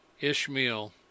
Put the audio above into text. Ishmael